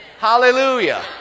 Hallelujah